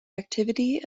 activity